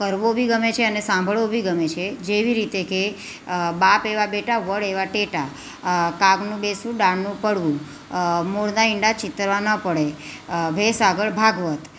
કરવો બી ગમે છે અને સાંભળવો બી ગમે છે જેવી રીતે કે બાપ એવા બેટા વડ એવા ટેટા કાગનું બેસવું ડાળનું પડવું મોરના ઈંડા ચિતરવા ન પડે ભેંસ આગળ ભાગવત